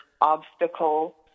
obstacle